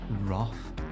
Roth